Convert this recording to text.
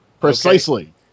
Precisely